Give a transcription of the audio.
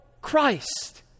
Christ